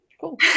Cool